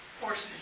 horses